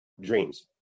dreams